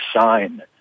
sign